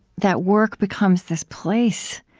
that work becomes this place